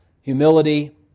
humility